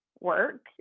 work